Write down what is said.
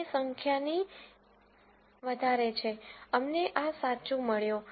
તે સંખ્યાની વધારે છે અમને આ સાચું મળ્યો